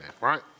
right